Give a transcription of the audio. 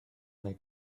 neu